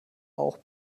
auch